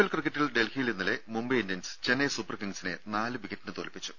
L ക്രിക്കറ്റിൽ ഡൽഹിയിൽ ഇന്നലെ മുംബൈ ഇന്ത്യൻസ് ചെന്നൈ സൂപ്പർ കിംഗ്സിനെ നാലുവിക്കറ്റിന് തോൽപ്പിച്ചു